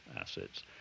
assets